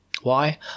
Why